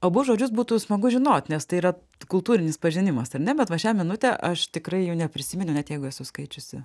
abu žodžius būtų smagu žinot nes tai yra kultūrinis pažinimas ar ne bet va šią minutę aš tikrai jų neprisiminiau net jeigu esu skaičiusi